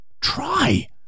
try